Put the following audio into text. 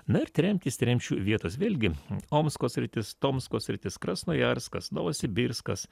na ir tremtys tremčių vietos vėlgi omsko sritis tomsko sritis krasnojarskas novosibirskas